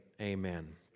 Amen